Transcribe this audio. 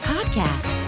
Podcast